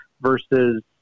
versus